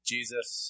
Jesus